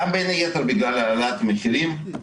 בין היתר גם בגלל עליית המחירים.